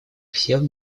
всех